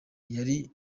yari